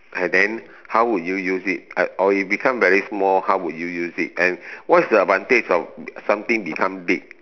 uh then how would you use it or it become very small how would you use it and what is the advantage of something become big